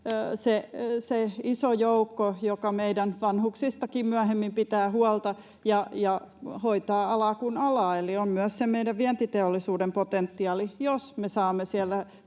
se iso joukko, joka meidän vanhuksistakin myöhemmin pitää huolta ja hoitaa alaa kuin alaa eli on myös sen meidän vientiteollisuuden potentiaali, jos me saamme siellä